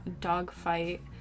Dogfight